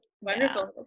wonderful